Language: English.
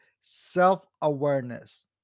self-awareness